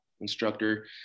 instructor